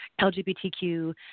LGBTQ